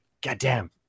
Goddamn